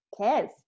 cares